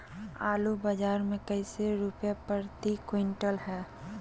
आलू बाजार मे कैसे रुपए प्रति क्विंटल है?